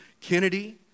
Kennedy